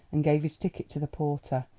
and gave his ticket to the porter,